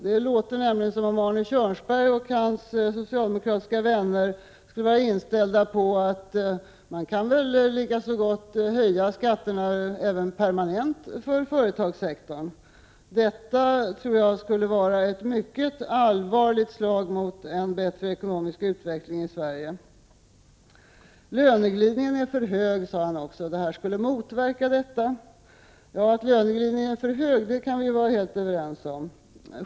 Det låter nämligen som om Arne Kjörnsberg och hans socialdemokratiska vänner skulle vara inställda på att man lika så gott kan höja skatterna permanent för företagssektorn. Detta tror jag skulle vara ett mycket allvarligt slag mot en bättre ekonomisk utveckling i Sverige. Löneglidningen är för hög, sade Arne Kjörnsberg också. Regeringens förslag skulle motverka detta. Att löneglidningen är för hög kan vi vara helt överens om.